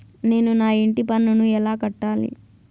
నేను నా ఇంటి పన్నును ఎలా కట్టాలి?